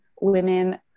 women